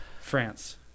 France